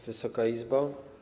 Wysoka Izbo!